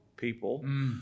people